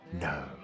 No